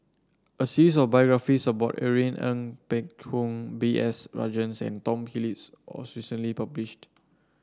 a series of biographies about Irene Ng Phek Hoong B S Rajhans and Tom Phillips was recently published